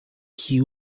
que